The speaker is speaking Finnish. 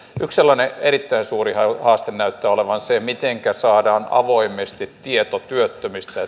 yksi sellainen erittäin suuri haaste näyttää olevan se mitenkä saadaan avoimesti tieto työttömistä